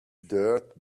dirt